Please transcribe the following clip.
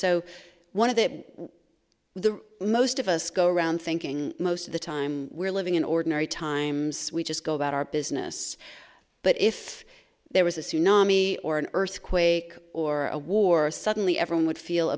so one of that the most of us go around thinking most of the time we're living in ordinary times we just go about our business but if there was a tsunami or an earthquake or a war suddenly everyone would feel